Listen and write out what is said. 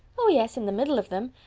oh, yes, in the middle of them.